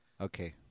Okay